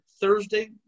Thursday –